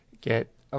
get